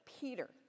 Peter